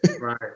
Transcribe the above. Right